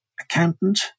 accountant